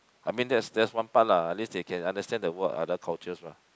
I mean that's that's one part lah at least they can understand the word other cultures mah